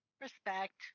Respect